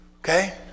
Okay